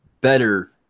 better